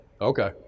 Okay